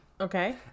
Okay